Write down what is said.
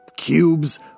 Cubes